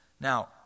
Now